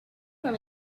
from